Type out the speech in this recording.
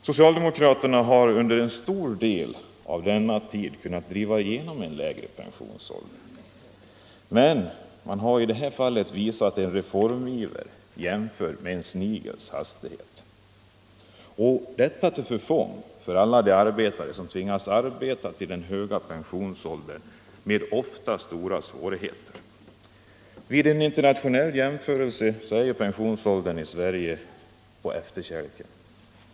Socialdemokraterna har under en stor del av denna tid kunnat driva igenom en lägre pensionsålder, men man har i det här fallet visat en reformiver jämförbar med en snigels hastighet och detta till förfång för alla de arbetare som tvingas arbeta till den höga pensionsåldern med ofta stora svårigheter. Vid en internationell jämförelse kommer pensionsåldern i Sverige på efterkälken.